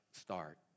start